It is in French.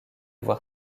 voir